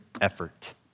effort